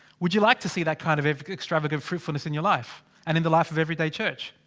would you like to see that kind of extravagant fruitfulness in your life? and in the life of everyday church?